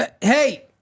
Hey